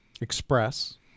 Express